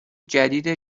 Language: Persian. جدید